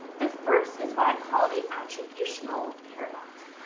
the first is what i call the attributional paradox.